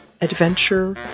adventure